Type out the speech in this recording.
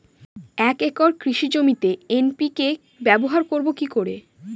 এক একর কৃষি জমিতে এন.পি.কে ব্যবহার করব কি করে?